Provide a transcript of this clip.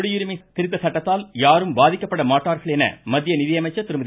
குடியுரிமை திருத்த சட்டத்தால் யாரும் பாதிக்கப்பட மாட்டார்கள் என மத்திய நிதியமைச்சர் திருமதி